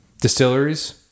distilleries